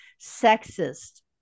sexist